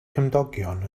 cymdogion